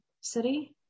city